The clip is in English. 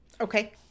Okay